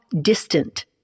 distant